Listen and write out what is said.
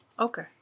Okay